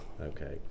Okay